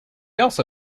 also